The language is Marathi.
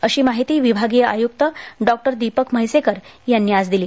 अशी माहिती विभागीय आयुक्त डॉ दीपक म्हैसेकर यांनी आज दिली